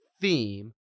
theme